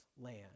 land